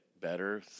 better